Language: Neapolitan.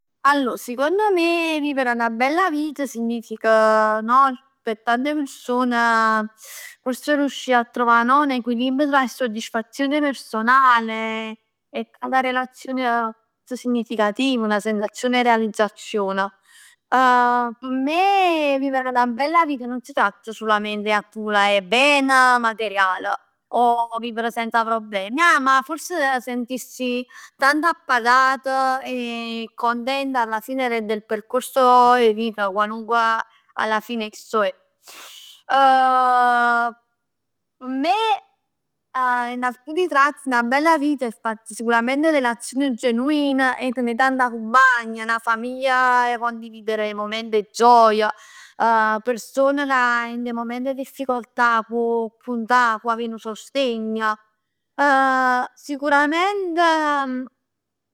Allor sicond me a vivere 'na bella vit signific no? Per tante person, forse riuscì 'a trovà no? N'equilibrio tra soddisfazione personale e la relazione significativa, 'na relazione 'e realizzazion. P' me vivere 'na bella vita nun si tratta sul 'e accumulà 'e ben material, o vivere senza problemi ja, ma fors sentirsi tanto appagato e contento, alla fine rende il percorso 'e vita qualunque alla fine esso è. P' me in alcuni tratti 'na bella vita è sicuramente farsi relazioni genuine e avè tanta cumpagn, 'na famiglia con cui dividere i momenti e gioia, person ca dint a 'e mument 'e difficoltà può avè nu sostegn, sicurament